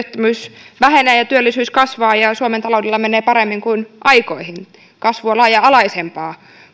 parantunut työttömyys vähenee ja työllisyys kasvaa ja suomen taloudella menee paremmin kuin aikoihin kasvu on laaja alaisempaa